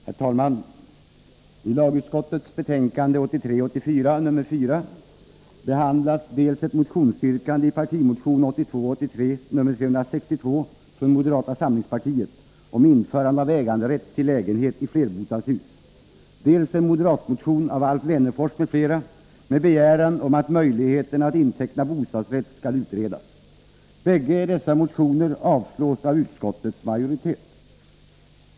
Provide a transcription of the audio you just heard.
Herr talman! I lagutskottets betänkande 1983 83:362 från moderata samlingspartiet om införande av äganderätt till lägenheter i flerbostadshus, dels en moderatmotion av Alf Wennerfors m.fl. med begäran om att möjligheten att inteckna bostadsrätt skall utredas. Bägge dessa motioner avstyrks av utskottets majoritet.